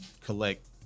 collect